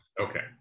Okay